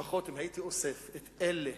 לפחות אם הייתי אוסף את אלה,